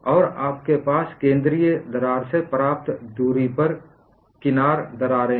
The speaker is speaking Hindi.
और आपके पास केंद्रीय दरार से पर्याप्त दूरी पर किनारदरारें हैं